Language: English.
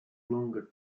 longer